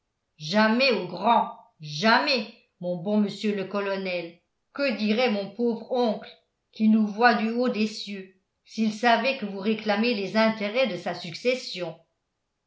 jamais au grand jamais mon bon monsieur le colonel que dirait mon pauvre oncle qui nous voit du haut des cieux s'il savait que vous réclamez les intérêts de sa succession